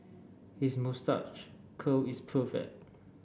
his moustache curl is perfect